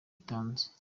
itanze